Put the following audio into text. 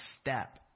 step